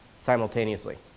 simultaneously